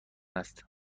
است